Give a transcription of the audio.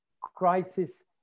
crisis